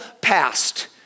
past